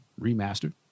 remastered